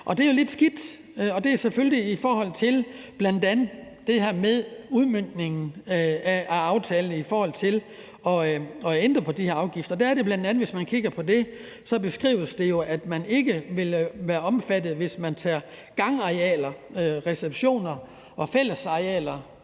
kr. Det er jo lidt skidt, og det er jo selvfølgelig bl.a. i forhold til det her med udmøntningen af aftalen om at ændre på de her afgifter. Der er det bl.a. sådan, at det beskrives, at det ikke vil være omfattet, hvis man tæller gangarealer, receptioner, fællesarealer,